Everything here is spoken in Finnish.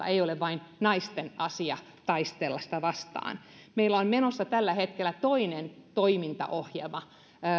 ei ole vain naisten asia taistella naisiin kohdistuvaa väkivaltaa vastaan meillä on menossa tällä hetkellä toinen toimintaohjelma